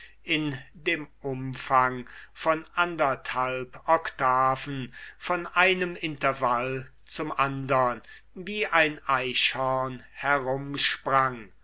in dem umfang von anderthalb octaven von einem intervall zum andern wie ein eichhorn herumsprang